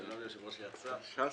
שלום ליושב-ראש סיעת ש"ס.